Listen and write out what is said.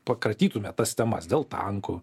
pakratytųme tas temas dėl tankų